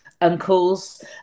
uncles